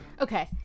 Okay